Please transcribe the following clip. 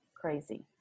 crazy